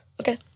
Okay